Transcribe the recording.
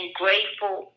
grateful